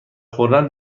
خوردن